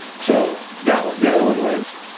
so that one. the other one was,